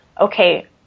okay